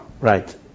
Right